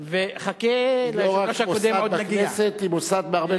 היא לא רק מוסד בכנסת אלא בהרבה,